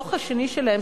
בדוח השני שלהם,